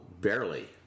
barely